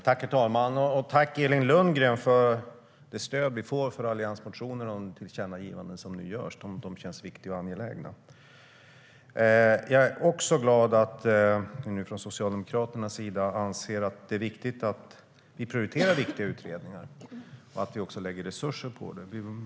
Herr talman! Tack, Elin Lundgren, för det stöd vi får för alliansmotionerna och de tillkännagivanden som nu görs. De känns viktiga och angelägna. Jag är också glad att ni från Socialdemokraternas sida anser att det är viktigt att vi prioriterar viktiga utredningar och att vi också lägger resurser på det.